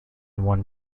one